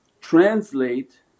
Translate